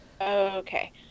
Okay